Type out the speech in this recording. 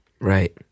Right